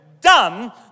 done